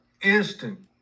instant